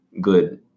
Good